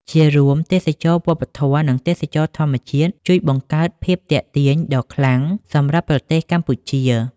ជារួម ទេសចរណ៍វប្បធម៌ និងទេសចរណ៍ធម្មជាតិជួយបង្កើតភាពទាក់ទាញដ៏ខ្លាំងសម្រាប់ប្រទេសកម្ពុជា។